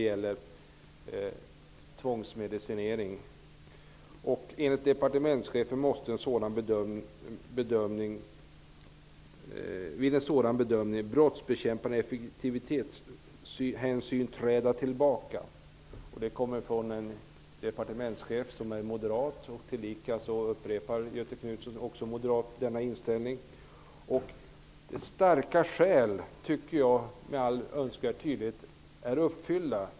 Vidare sägs det i betänkandet: ''Enligt departementschefen måste vid en sådan bedömning brottsbekämpande effektivitetshänsyn träda tillbaka.'' Detta uttalande kommer från en departementschef som är moderat. Göthe Knutsson, också moderat, upprepar detta. Kravet på ''starka skäl'' är, tycker jag, med all önskvärd tydlighet uppfyllt.